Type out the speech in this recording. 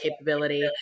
capability